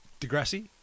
Degrassi